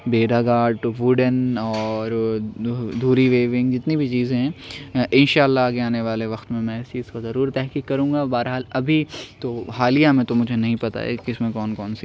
بھیرا گھاٹ food and اور دھوری ویونگ جتنی بھی چزیں ہیں ان شاء اللہ آگے آنے والے وقت میں میں اس چیز کو ضرور تحقیق کروں گا بہرحال ابھی تو حالیہ میں تو مجھے نہیں پتا ہے ان میں کون کون سی